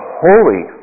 holy